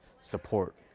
support